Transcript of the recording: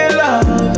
love